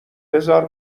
بزار